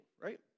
Right